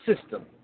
system